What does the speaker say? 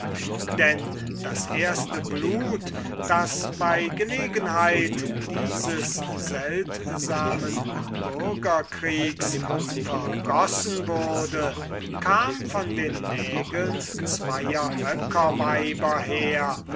denn das erste blut das aus gelegenheit dieses seltsamen bürgerkriegs vergossen wurde kam von den nägeln zwoer hökerweiber her